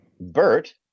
Bert